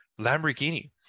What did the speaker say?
Lamborghini